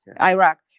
Iraq